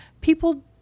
people